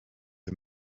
the